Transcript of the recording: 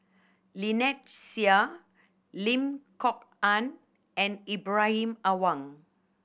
Lynnette Seah Lim Kok Ann and Ibrahim Awang